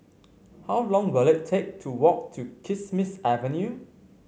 how long will it take to walk to Kismis Avenue